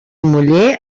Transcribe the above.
muller